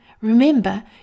Remember